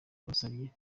yabasabye